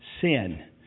sin